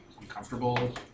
uncomfortable